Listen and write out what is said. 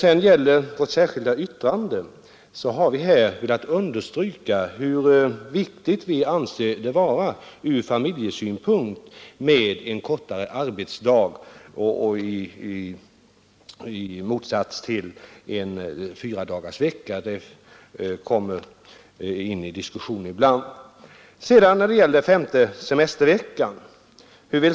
I vårt särskilda yttrande har vi velat understryka hur viktigt vi anser det vara från familjesynpunkt med en kortare arbetsdag i motsats till fyradagarsvecka. Herr Nordberg frågar var centern står när det gäller den femte semesterveckan.